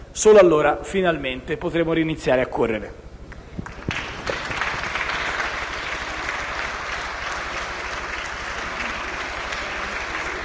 solo allora, finalmente, potremo ricominciare a correre.